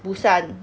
busan